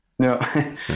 No